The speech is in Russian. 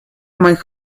моих